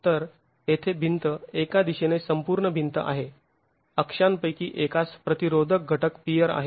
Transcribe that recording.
तर येथे भिंत एका दिशेने संपूर्ण भिंत आहे अक्षांपैकी एकास प्रतिरोधक घटक पियर आहेत